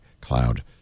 cloud